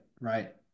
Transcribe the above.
right